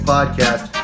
Podcast